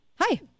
Hi